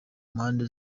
mpande